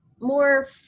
more